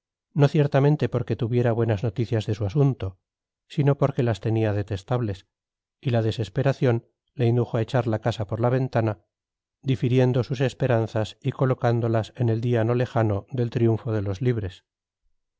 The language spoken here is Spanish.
no ciertamente porque tuviera buenas noticias de su asunto sino porque las tenía detestables y la desesperación le indujo a echar la casa por la ventana difiriendo sus esperanzas y colocándolas en el día no lejano del triunfo de los libres